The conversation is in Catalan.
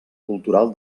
cultural